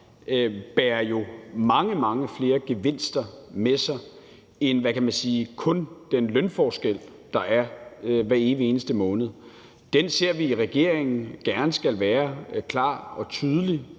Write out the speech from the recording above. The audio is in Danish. bærer mange, mange flere gevinster med sig end, hvad kan man sige, kun den lønforskel, der er hver evig eneste måned. Den ser vi i regeringen gerne skal være klar og tydelig.